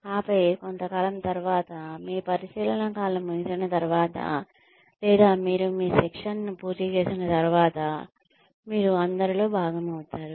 ఆపై కొంతకాలం తర్వాత మీ పరిశీలన కాలం ముగిసిన తర్వాత లేదా మీరు మీ శిక్షణను పూర్తి చేసిన తర్వాత మీరు అందరిలో భాగమవుతారు